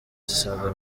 asaga